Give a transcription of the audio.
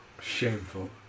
Shameful